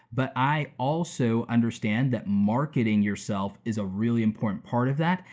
but i also understand that marketing yourself is a really important part of that,